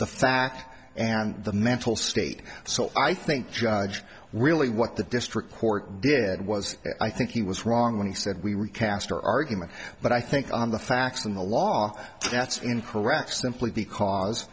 the fact and the mental state so i think judge really what the district court did was i think he was wrong when he said we recast our argument but i think on the facts in the law that's incorrect simply because